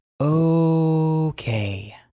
Okay